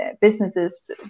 businesses